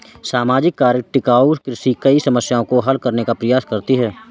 सामाजिक कारक टिकाऊ कृषि कई समस्याओं को हल करने का प्रयास करती है